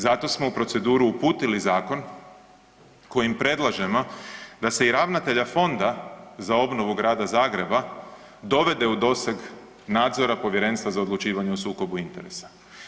Zato smo u proceduru uputili zakon kojim predlažemo da se i ravnatelja Fonda za obnovu Grada Zagreba dovede u doseg nadzora Povjerenstva za odlučivanje o sukobu interesa.